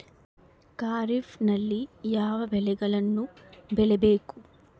ಖಾರೇಫ್ ನಲ್ಲಿ ಯಾವ ಬೆಳೆಗಳನ್ನು ಬೆಳಿಬೇಕು?